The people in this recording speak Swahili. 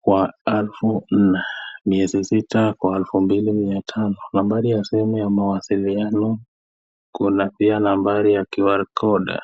kwa elfu nne, miezi sita kwa elfu mbili mia tano. Nambari ya simu ya mawasiliano, kuna pia nambari ya QR code .